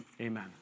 Amen